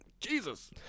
Jesus